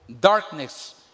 darkness